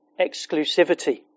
exclusivity